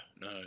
no